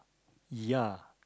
ya